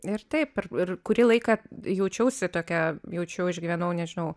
ir taip ir kurį laiką jaučiausi tokia jaučiau išgyvenau nežinau